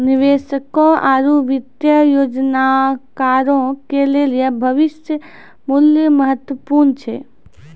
निवेशकों आरु वित्तीय योजनाकारो के लेली भविष्य मुल्य महत्वपूर्ण छै